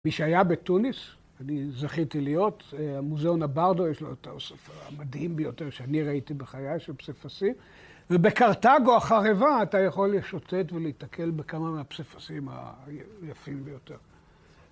מי שהיה בתוניס אני זכיתי להיות. המוזיאון הברדו יש לו את האוסף המדהים ביותר שאני ראיתי בחיי של פסיפסים. ובקרטגו החריבה אתה יכול לשוטט ולהתקל בכמה מהפסיפסים היפים ביותר.